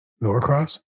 norcross